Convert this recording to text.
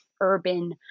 urban